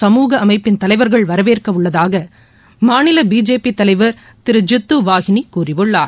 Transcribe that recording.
சமூக அமைப்பின் தலைவர்கள் வரவேற்கவுள்ளதாக மாநில பிஜேபி தலைவர் திரு ஜித்து வாஹினி கூறியுள்ளார்